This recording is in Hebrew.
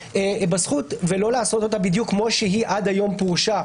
בזכות ולא לעשות אותה בדיוק כמו שהיא עד היום פרושה.